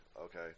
Okay